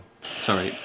Sorry